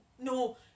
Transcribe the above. No